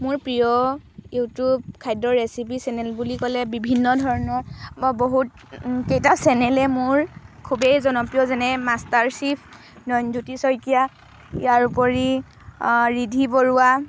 মোৰ প্ৰিয় ইউটিউব খাদ্য ৰেচিপি চেনেল বুলি ক'লে বিভিন্ন ধৰণৰ মই বহুতকেইটা চেনেলেই মোৰ খুবেই জনপ্ৰিয় যেনে মাষ্টাৰচেফ নয়নজ্যোতি শইকীয়া ইয়াৰ উপৰি ৰিধি বৰুৱা